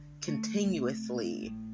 continuously